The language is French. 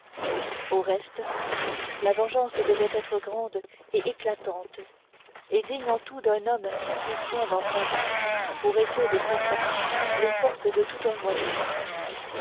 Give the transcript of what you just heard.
au reste la vengeance devait être grande et éclatante et digne en tout d'un homme qui tient dans sa main pour épée de combat les forces de tout un royaume